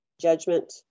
Judgment